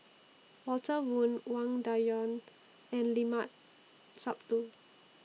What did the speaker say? Walter Woon Wang Dayuan and Limat Sabtu